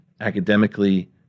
academically